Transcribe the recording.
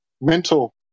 Mental